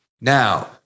Now